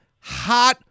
hot